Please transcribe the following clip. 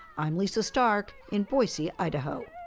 i'm lisa stark in boise, idaho.